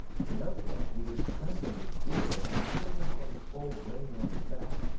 pinocchio, who was trembling with fear and shivering from the cold rain on his back,